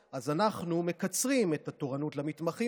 ואני מקווה שנכניס את זה בעיקר להילוך יותר גבוה.